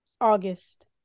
August